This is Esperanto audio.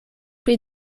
pli